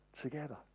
together